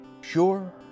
sure